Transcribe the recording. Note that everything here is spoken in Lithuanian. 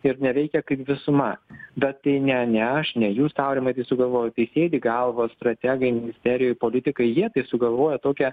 ir neveikia kaip visuma bet tai ne ne aš ne jūs aurimai tai sugalvojot tai sėdi galvos strategai ministerijoj politikai jie tai sugalvojo tokią